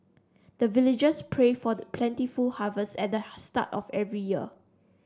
the villagers pray for plentiful harvest at the start of every year